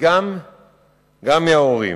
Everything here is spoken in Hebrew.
וגם מההורים,